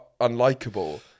unlikable